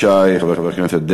חבר הכנסת ישי,